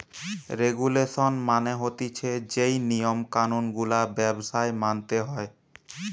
regulation মানে হতিছে যেই নিয়ম কানুন গুলা ব্যবসায় মানতে হয়